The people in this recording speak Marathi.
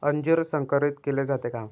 अंजीर संकरित केले जाते का?